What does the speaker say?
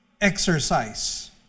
exercise